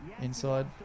Inside